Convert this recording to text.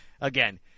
Again